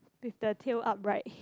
with the tail upright